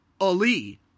ali